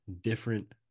different